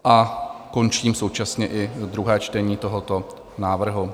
A končím současně i druhé čtení tohoto návrhu.